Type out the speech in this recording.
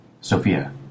Sophia